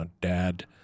dad